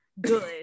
good